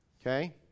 okay